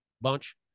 Bunch